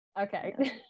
okay